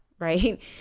Right